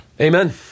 Amen